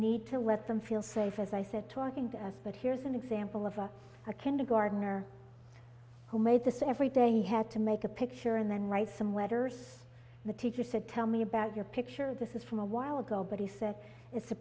need to let them feel safe as i said talking to us but here's an example of a kindergartener who made this every day he had to make a picture and then write some letters the teacher said tell me about your picture this is from a while ago but he said it's a